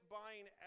buying